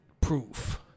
proof